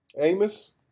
Amos